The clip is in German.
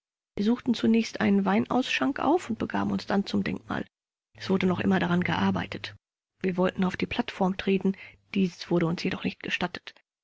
wir suchten zunächst einen weinausschank auf und begaben uns dann zum denkmal es wurde noch immer daran gearbeitet wir wollten auf die plattform treten dies wurde uns jedoch nicht gestattet